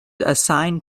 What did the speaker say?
assigned